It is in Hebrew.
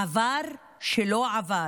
עבר שלא עבר.